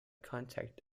contacts